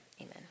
Amen